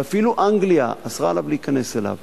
ואפילו אנגליה אסרה עליו להיכנס אליה,